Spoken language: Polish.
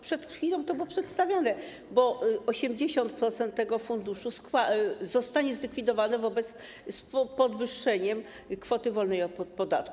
Przed chwilą to było przedstawiane - 80% tego funduszu zostanie zlikwidowane wobec podwyższenia kwoty wolnej od podatku.